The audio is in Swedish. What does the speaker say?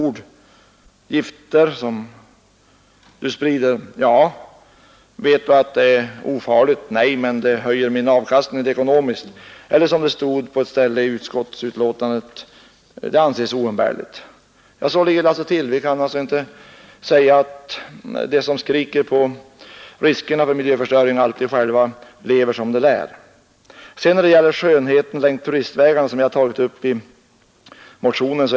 Är det gifter du sprider?” Svaret blir: ”Ja!” Man frågar då: ”Vet du om det är ofarligt?” ”Nej,” svarar bonden, men det höjer min avkastning ekonomiskt.” Eller som det står på ett ställe i utskottsbetänkandet: Medlet anses oumbärligt. Så ligger saken till. Vi kan alltså konstatera att de som ropar högljutt om riskerna för miljöförstöring inte alltid själva lever som de lär. Jag har i min motion tagit upp frågan om skönheten kring turistvägarna.